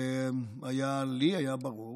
לי היה ברור